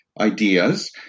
ideas